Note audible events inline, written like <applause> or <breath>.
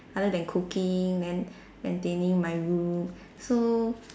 other than cooking then <breath> maintaining my room so